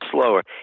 slower